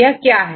यह क्या है